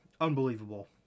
Unbelievable